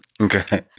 Okay